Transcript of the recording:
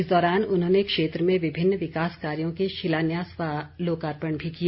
इस दौरान उन्होंने क्षेत्र में विभिन्न विकास कार्यों के शिलान्यास व लोकार्पण किए